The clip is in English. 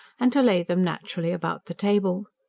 and to lay them naturally about the table.